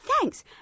thanks